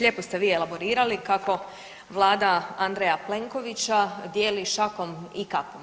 Lijepo ste vi elaborirali kako vlada Andreja Plenkovića dijeli šakom i kapom.